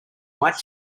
white